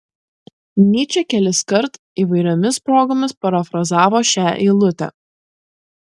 nyčė keliskart įvairiomis progomis parafrazavo šią eilutę